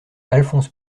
alphonse